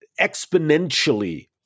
exponentially